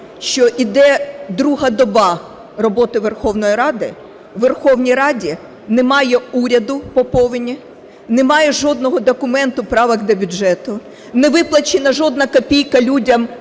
що іде друга доба роботи Верховної Ради, у Верховній Раді немає уряду по повені, немає жодного документу правок до бюджету, невиплачена жодна копійка людям